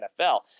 NFL